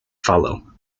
follow